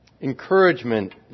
encouragement